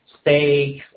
steak